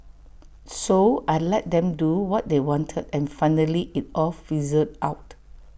so I let them do what they wanted and finally IT all fizzled out